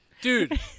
Dude